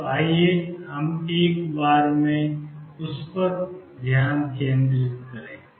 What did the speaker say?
तो आइए हम एक बार में उन पर ध्यान केंद्रित करें